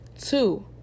Two